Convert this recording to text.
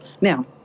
Now